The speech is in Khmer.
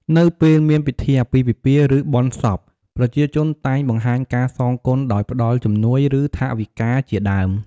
នៅពេលមានពិធីអាពាហ៍ពិពាហ៍ ឬបុណ្យសព ប្រជាជនតែងបង្ហាញការសងគុណ ដោយផ្តល់ជំនួយ ឬថវិកាជាដើម។